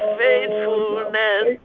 faithfulness